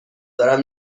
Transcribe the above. دارم